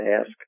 ask